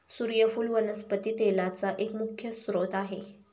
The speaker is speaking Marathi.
सुर्यफुल वनस्पती तेलाचा एक मुख्य स्त्रोत आहे